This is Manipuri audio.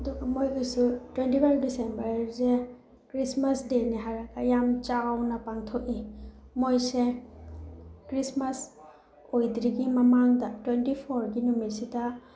ꯑꯗꯨꯒ ꯃꯣꯏꯒꯤꯁꯨ ꯇ꯭ꯋꯦꯟꯇꯤ ꯋꯥꯟ ꯗꯤꯁꯦꯝꯚꯔꯁꯦ ꯈ꯭ꯔꯤꯁꯃꯥꯁ ꯗꯦꯅꯤ ꯍꯥꯏꯔꯒ ꯌꯥꯝ ꯆꯥꯎꯅ ꯄꯥꯡꯊꯣꯛꯏ ꯃꯣꯏꯁꯦ ꯈ꯭ꯔꯤꯁꯃꯥꯁ ꯑꯣꯏꯗ꯭ꯔꯤꯉꯩ ꯃꯃꯥꯡꯗ ꯇ꯭ꯋꯦꯟꯇꯤ ꯐꯣꯔꯒꯤ ꯅꯨꯃꯤꯠꯁꯤꯗ